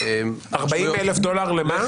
40 אלף דולר למה?